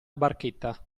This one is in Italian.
barchetta